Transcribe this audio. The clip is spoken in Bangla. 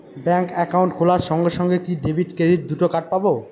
ব্যাংক অ্যাকাউন্ট খোলার সঙ্গে সঙ্গে কি ডেবিট ক্রেডিট দুটো কার্ড পাবো?